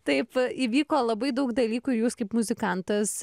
taip įvyko labai daug dalykų jūs kaip muzikantas